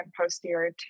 posterior